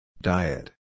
Diet